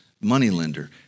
moneylender